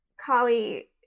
Kali